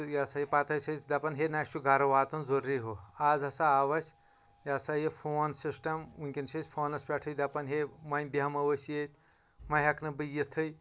تہٕ یہِ سا یہِ پتہٕ ٲسۍ أسۍ دپان ہے نہ اسہِ چھُ گرٕ واتُن ضروٗری ہُہ آز ہسا آو اسہِ یہِ ہسا یہِ فون سسٹم وُنکیٚن چھِ أسۍ فونس پٮ۪ٹھٕے دپان ہے وۄنۍ بیہمو أسۍ ییٚتۍ وۄنۍ ہٮ۪کہٕ نہٕ بہٕ یِتھٕے